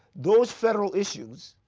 those federal issues,